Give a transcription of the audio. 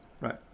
Right